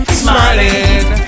smiling